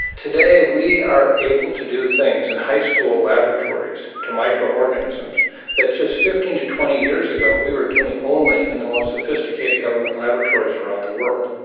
today we are able to do things in high school laboratories to microorganisms that just fifteen to twenty years ago we were doing only in the most sophisticated government laboratories around the world.